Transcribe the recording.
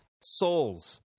souls